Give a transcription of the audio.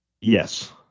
Yes